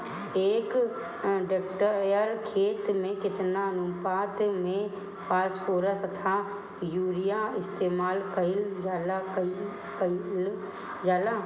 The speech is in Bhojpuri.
एक हेक्टयर खेत में केतना अनुपात में फासफोरस तथा यूरीया इस्तेमाल कईल जाला कईल जाला?